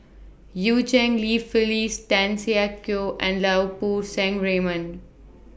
EU Cheng Li Phyllis Tan Siak Kew and Lau Poo Seng Raymond